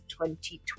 2020